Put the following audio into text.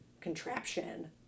contraption